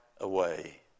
away